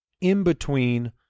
in-between